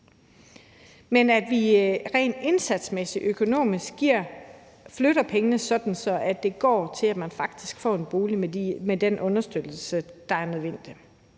pengene indsatsmæssigt, sådan at de går til, at man faktisk får en bolig med den understøttelse, der er nødvendig.